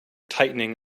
tightening